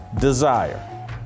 desire